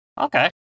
Okay